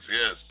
yes